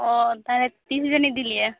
ᱚᱻ ᱛᱟᱦᱚᱞᱮ ᱛᱤᱥᱵᱤᱱ ᱤᱫᱤᱞᱮᱭᱟ